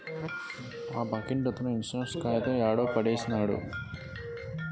మా పక్కింటతను ఇన్సూరెన్స్ కాయితం యాడో పడేసినాడు